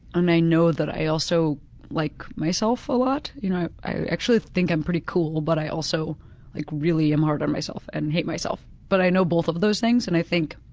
i know that i also like myself a lot. you know i actually think i'm pretty cool, but i also like really am hard on myself and and hate myself. but i know both of those things and i think